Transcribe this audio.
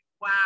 Wow